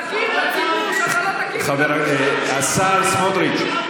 תגיד לציבור שלא תקים ממשלה ------ השר סמוטריץ',